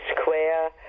square